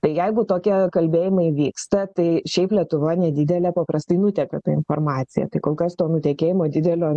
tai jeigu tokie kalbėjimai vyksta tai šiaip lietuva nedidelė paprastai nuteka ta informacija kol kas to nutekėjimo didelio